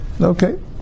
okay